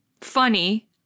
funny